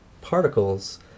particles